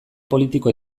politiko